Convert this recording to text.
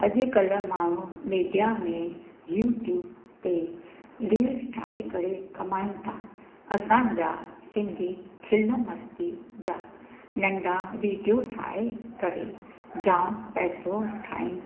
अॼु कल्ह माण्हू मिडिया में यूट्यूब ते रील्स ठाहे करे कमाईनि था असांजा सिंधी खिल मस्ती जा नंढा विडियो ठाहे करे जामु पैसो ठाहिनि था